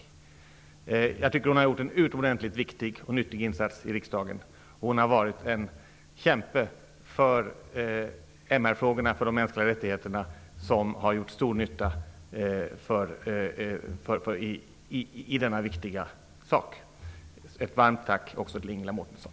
Jag tycker att hon har gjort en utomordentligt viktig och nyttig insats i riksdagen, och hon har varit en kämpe för de mänskliga rättigheterna som har gjort stor nytta i denna viktiga sak. Jag riktar ett varmt tack också till Ingela Mårtensson!